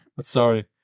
sorry